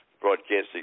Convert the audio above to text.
broadcasting